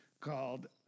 called